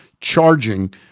charging